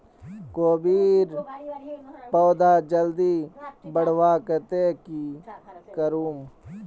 कोबीर पौधा जल्दी बढ़वार केते की करूम?